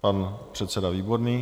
Pan předseda Výborný.